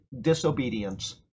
disobedience